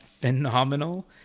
phenomenal